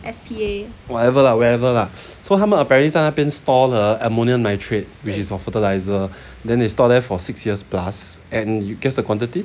whatever lah wherever lah so 他们 apparently 在那边 store 了 ammonium nitrate which is for fertiliser then they store there for six years plus and guess the quantity